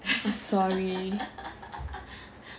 I'm sorry